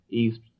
east